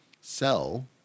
sell